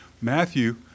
Matthew